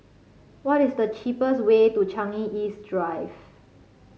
what is the cheapest way to Changi East Drive